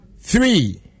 three